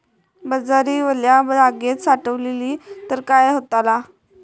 बाजरी वल्या जागेत साठवली तर काय होताला?